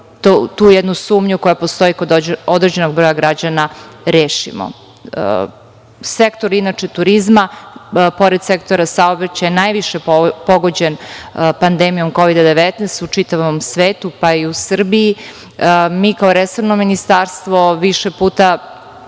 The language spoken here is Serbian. tu jednu sumnju koja postoji kod određenog broja građana rešimo. Sektor turizma, pored sektora saobraćaja, najviše je pogođen pandemijom Kovida 19 u čitavom svetu, pa i u Srbiji. Mi kao resorno ministarstvo više puta